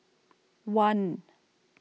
one